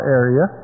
area